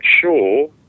sure